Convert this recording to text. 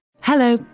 Hello